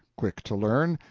quick to learn,